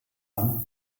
amt